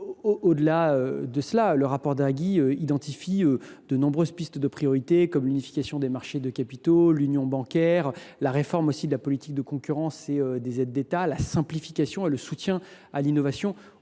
En outre, le rapport Draghi identifie de nombreuses pistes prioritaires comme l’unification des marchés de capitaux, l’union bancaire, la réforme de la politique de concurrence et des aides d’État, la simplification et le soutien à l’innovation